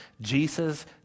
Jesus